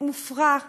מופרע בצורה,